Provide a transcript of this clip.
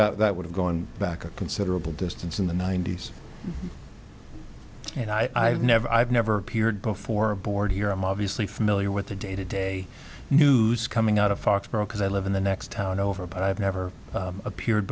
that would have gone back a considerable distance in the ninety's and i've never i've never appeared before a board here i'm obviously familiar with the day to day news coming out of foxborough because i live in the next town over but i've never appeared